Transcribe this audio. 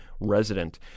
resident